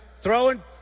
throwing